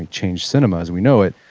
and changed cinema as we know it.